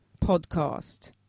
podcast